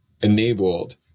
enabled